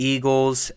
Eagles